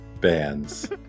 bands